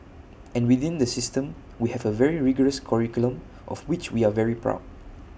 and within the system we have A very rigorous curriculum of which we are very proud